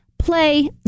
play